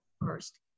first